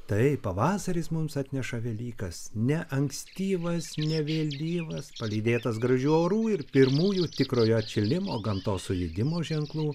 taip pavasaris mums atneša velykas ne ankstyvas ne vėlyvas palydėtas gražių orų ir pirmųjų tikrojo atšilimo gamtos sujudimo ženklų